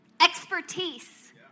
expertise